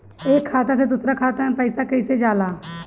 एक खाता से दूसर खाता मे पैसा कईसे जाला?